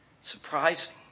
surprising